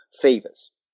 fevers